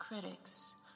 critics